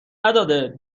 نداده